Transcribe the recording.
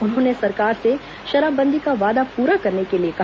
उन्होंने सरकार से शराबबंदी का वादा प्रा करने के लिए कहा